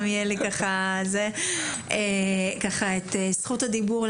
את רשות הדיבור,